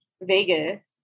Vegas